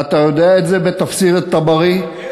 ואתה יודע את זה, ב"תפסיר אלטברי" יש,